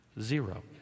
Zero